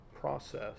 process